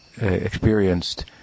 experienced